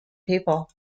people